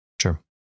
Sure